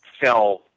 fell